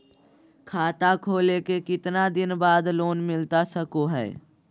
खाता खोले के कितना दिन बाद लोन मिलता सको है?